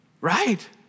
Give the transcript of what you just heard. right